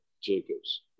Jacobs